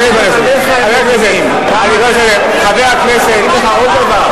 אבל זה ללא תקדים שהשרים גם כן עולים.